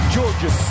Georgia